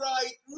Right